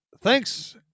thanks